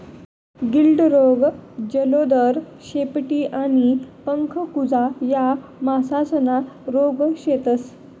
गिल्ड रोग, जलोदर, शेपटी आणि पंख कुजा या मासासना रोग शेतस